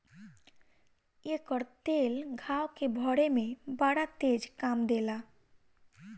एकर तेल घाव के भरे में बड़ा तेज काम देला